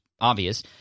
obvious